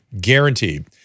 guaranteed